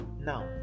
now